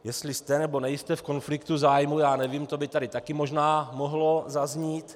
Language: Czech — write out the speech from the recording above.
Jestli jste, nebo nejste v konfliktu zájmů, já nevím, to by taky také možná mohlo zaznít.